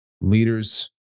Leaders